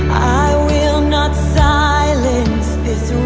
i will not silence